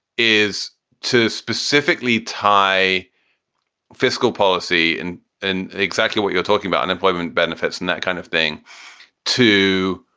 is to specifically tie fiscal policy. and and exactly what you're talking about, unemployment benefits and that kind of thing to.